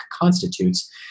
constitutes